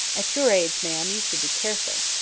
at your age, ma'am, you should be careful.